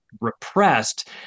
Repressed